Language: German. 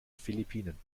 philippinen